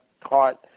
caught –